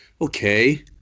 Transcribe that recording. Okay